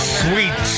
sweet